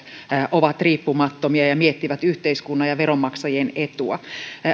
ovat riippumattomia ja miettivät yhteiskunnan ja veronmaksajien etua